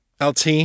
LT